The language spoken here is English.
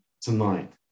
tonight